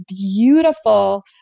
beautiful